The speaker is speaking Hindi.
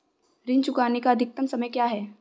ऋण चुकाने का अधिकतम समय क्या है?